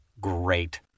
Great